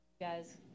guys